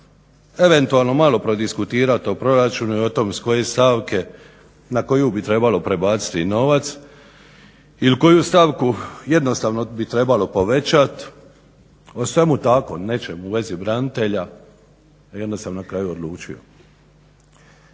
eventualno malo prodiskutirat o proračunu i o tome s koje stavke, na koju bi trebalo prebaciti novac il koju stavku jednostavno bi trebalo povećat, o svemu takvom nečem, u vezi branitelja, i onda sam na kraju odlučio.